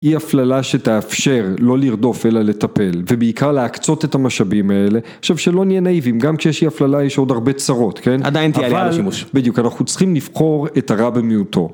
אי הפללה שתאפשר לא לרדוף אלא לטפל, ובעיקר להקצות את המשאבים האלה. עכשיו שלא נהיה נאיבים גם כשיש אי הפללה יש עוד הרבה צרות כן? עדיין תהיה לי על השימוש. בדיוק, אנחנו צריכים לבחור את הרע במיעוטו